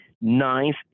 Ninth